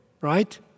right